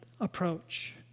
approach